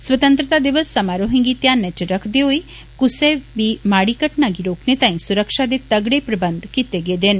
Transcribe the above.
स्वतंत्रता दिवस समारोहें गी ध्यानै च रखदे होई कुसै बी माड़ी घटना गी रोकने तांई सुरक्षा दे तगड़े प्रबन्ध कीत्ते गेदे न